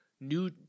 new